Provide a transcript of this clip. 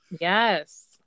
yes